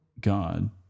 God